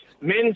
men